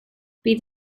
bydd